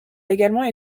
également